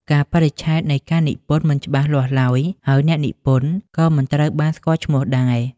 កាលបរិច្ឆេទនៃការនិពន្ធមិនច្បាស់លាស់ឡើយ ហើយអ្នកនិពន្ធក៏មិនត្រូវបានស្គាល់ឈ្មោះដែរ។